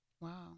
Wow